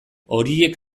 horiek